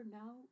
now